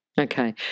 Okay